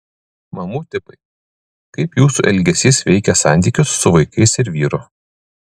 mamų tipai kaip jūsų elgesys veikia santykius su vaikais ir vyru